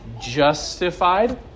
justified